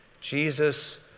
Jesus